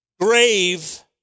Grave